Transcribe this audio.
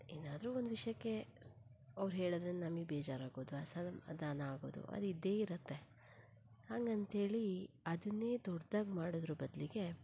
ಏನಾದರೂ ಒಂದು ವಿಷಯಕ್ಕೆ ಅವ್ರು ಹೇಳಿದ್ರೆ ಅಂದು ನಮಗೆ ಬೇಜಾರು ಆಗೋದು ಅಸಮಾಧಾನ ಆಗೋದು ಅದು ಇದ್ದೇ ಇರುತ್ತೆ ಹಾಂಗಂತ ಹೇಳಿ ಅದನ್ನೇ ದೊಡ್ದಾಗಿ ಮಾಡೋದ್ರ ಬದಲಿಗೆ